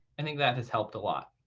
i think that has helped a lot.